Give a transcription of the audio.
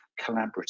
collaborative